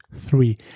three